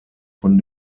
von